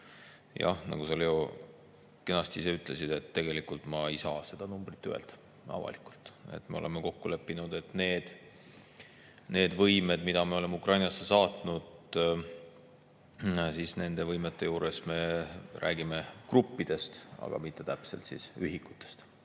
Jah, nagu sa, Leo, kenasti ise ütlesid, tegelikult ma ei saa seda numbrit avalikult öelda. Me oleme kokku leppinud, et need võimed, mida me oleme Ukrainasse saatnud, nende võimete juures me räägime gruppidest, aga mitte täpselt ühikutest.